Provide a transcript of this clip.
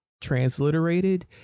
transliterated